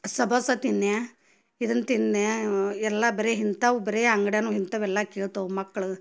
ಸಮೋಸ ತಿನ್ಯ ಇದನ್ನು ತಿನ್ಯ ಎಲ್ಲ ಬರೇ ಇಂತವ್ ಬರೇ ಅಂಗ್ಡ್ಯಾನು ಇಂತವ್ ಎಲ್ಲ ಕೇಳ್ತವೆ ಮಕ್ಳು